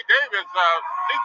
Davis